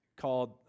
called